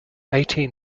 eighteen